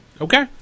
Okay